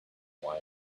why